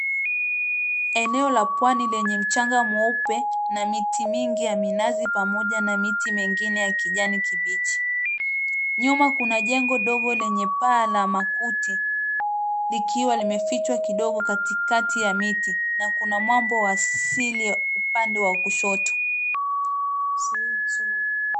Eneo la pwani lenye mchanga mweupe na miti mingi ya minazi pamoja na miti mingine ya kijani kibichi. Nyuma kuna jengo ndogo lenye paa la makuti likiwa limefichwa kidogo katikati ya miti na Kuna mwambo asili upande wa kushoto.